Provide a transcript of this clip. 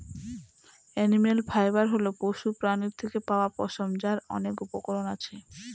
animal fibre হল পশুপ্রাণীর থেকে পাওয়া পশম, যার অনেক উপকরণ আছে